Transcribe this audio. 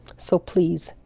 so, please,